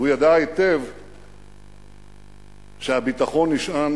הוא ידע היטב שהביטחון נשען